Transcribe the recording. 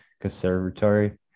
conservatory